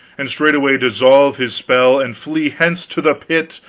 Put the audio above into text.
and straightway dissolve his spell and flee hence to the pit,